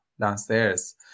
downstairs